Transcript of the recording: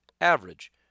average